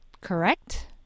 correct